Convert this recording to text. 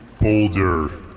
boulder